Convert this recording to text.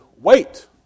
wait